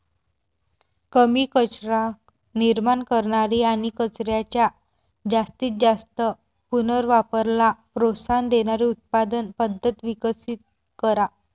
कमी कचरा निर्माण करणारी आणि कचऱ्याच्या जास्तीत जास्त पुनर्वापराला प्रोत्साहन देणारी उत्पादन पद्धत विकसित करा